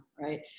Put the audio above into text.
right